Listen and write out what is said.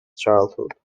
childhood